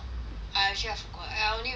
ah actually I forgot eh I only remember Shin